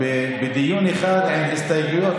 בדיון אחד עם הסתייגויות,